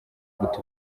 guta